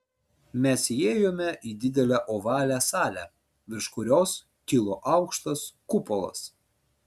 mes įėjome į didelę ovalią salę virš kurios kilo aukštas kupolas